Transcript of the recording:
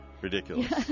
Ridiculous